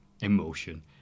Emotion